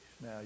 Now